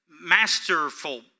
masterful